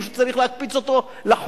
מישהו צריך להקפיץ אותו לחוג.